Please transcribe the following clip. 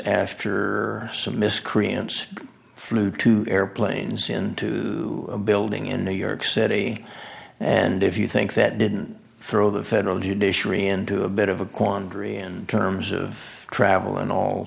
miscreants flew two airplanes into a building in new york city and if you think that didn't throw the federal judiciary into a bit of a quandary and terms of travel and all